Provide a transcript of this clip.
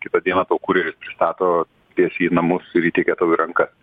kitą dieną kurjeris pristato tiesiai į namus ir įteikia tau į rankas